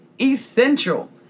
essential